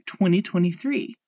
2023